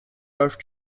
läuft